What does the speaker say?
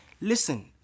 listen